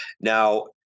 Now